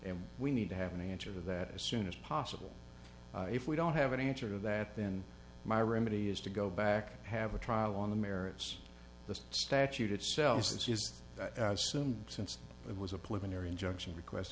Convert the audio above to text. and we need to have an answer that as soon as possible if we don't have an answer to that then my remedy is to go back and have a trial on the merits the statute itself says just as soon since it was a policeman or injunction request